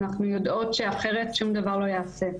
אנחנו יודעות שאחרת שום דבר לא ייעשה.